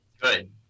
Good